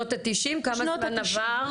שנות ה-90, כמה זמן עבר?